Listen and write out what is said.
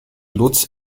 lutz